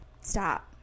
stop